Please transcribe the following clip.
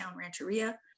Rancheria